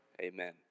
Amen